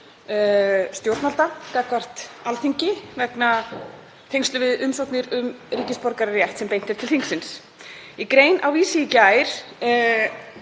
stjórnvalda gagnvart Alþingi í tengslum við umsóknir um ríkisborgararétt sem beint er til þingsins. Í grein á Vísi í gær,